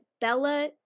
Bella